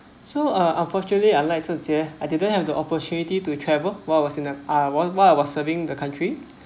so uh unfortunately uh like zhen jie I didn't have the opportunity to travel while I was in the uh while I was serving the country